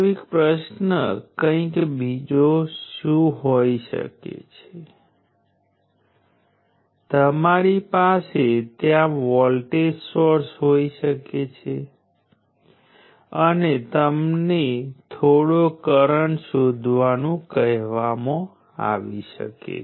પરંતુ આવા રઝિસ્ટન્સને ફિજીકલ રીતે સાકાર કરી શકાતો નથી તમે તેને એક્ટિવ સર્કિટનો ઉપયોગ કરીને અનુભવી શકો છો અને તે ભાગ આ અભ્યાસક્રમના અવકાશની બહાર છે